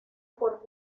por